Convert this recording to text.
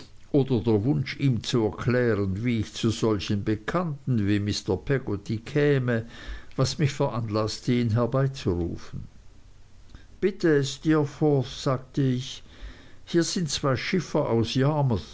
oder der wunsch ihm zu erklären wie ich zu solchen bekannten wie mr peggotty käme was mich veranlaßte ihn herbeizurufen bitte steerforth sagte ich hier sind zwei schiffer von